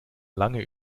lange